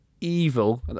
evil